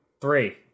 three